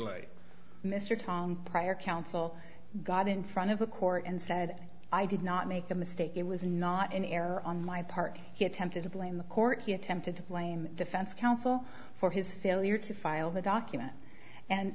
tong prior counsel got in front of a court and said i did not make a mistake it was not an error on my part he attempted to blame the court he attempted to blame defense counsel for his failure to file the document and